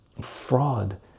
fraud